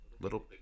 Little